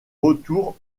retour